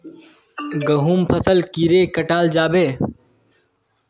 गहुम फसल कीड़े कटाल जाबे?